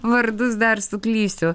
vardus dar suklysiu